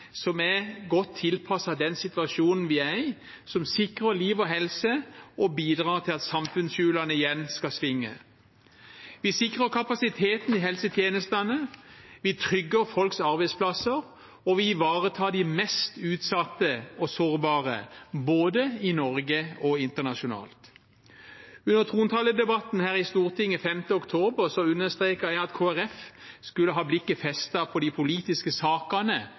som er godt tilpasset den situasjonen vi er i, som sikrer liv og helse og bidrar til at samfunnshjulene igjen skal svinge. Vi sikrer kapasiteten i helsetjenestene, vi trygger folks arbeidsplasser, og vi ivaretar de mest utsatte og sårbare, både i Norge og internasjonalt. Under trontaledebatten her i Stortinget 5. oktober understreket jeg at Kristelig Folkeparti skulle ha blikket festet på de politiske sakene